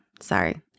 Sorry